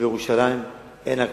שבירושלים אין הקפאה.